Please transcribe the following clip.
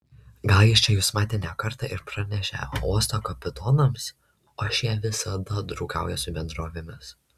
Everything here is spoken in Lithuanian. gal jis čia jus matė ne kartą ir pranešė uosto kapitonams o šie visada draugauja su bendrovėmis